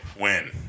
win